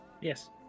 Yes